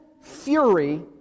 fury